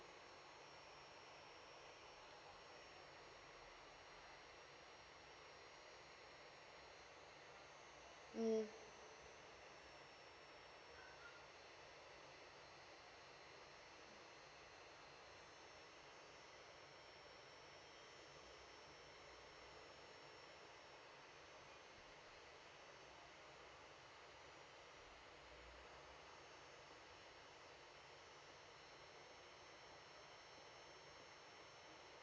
mm